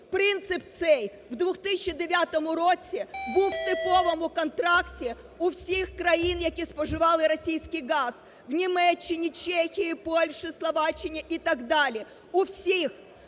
Принцип цей в 2009 році був типовим у контракті у всіх країн, які споживали російський газ – в Німеччині, Чехії, Польщі, Словаччині і так далі, у всіх!